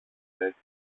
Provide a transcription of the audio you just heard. έτσι